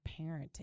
parenting